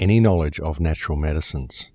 any knowledge of natural medicines